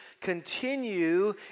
continue